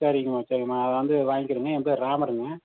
சரிங்கம்மா சரிங்கம்மா நான் வந்து வாங்கிக்கிறேங்க என் பேர் ராமருங்க